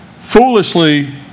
foolishly